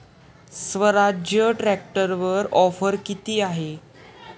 स्वराज्य ट्रॅक्टरवर ऑफर किती आहे?